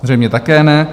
Zřejmě také ne.